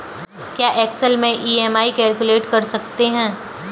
क्या एक्सेल में EMI calculate कर सकते हैं?